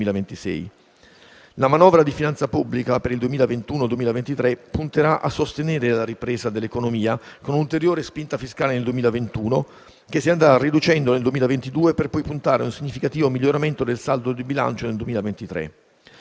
La manovra di finanza pubblica per il 2021-2023 punterà a sostenere la ripresa dell'economia, con un'ulteriore spinta fiscale nel 2021, che si andrà riducendo nel 2022, per poi puntare a un significativo miglioramento del saldo di bilancio nel 2023.